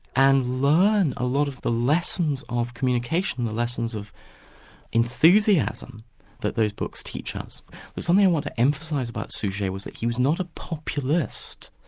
and learn a lot of the lessons of communication, the lessons of enthusiasm that those books teach us. there's something i want to emphasise about suger was that he was not a populist,